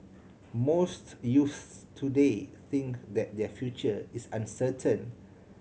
most youths today think that their future is uncertain